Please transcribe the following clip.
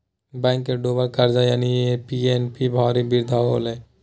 bank के डूबल कर्ज यानि एन.पी.ए में भारी वृद्धि होलय